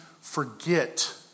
forget